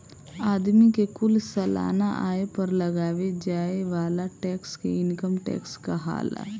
आदमी के कुल सालाना आय पर लगावे जाए वाला टैक्स के इनकम टैक्स कहाला